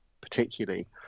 particularly